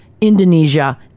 indonesia